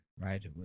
right